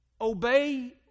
obey